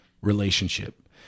relationship